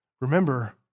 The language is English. remember